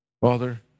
Father